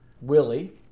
Willie